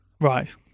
Right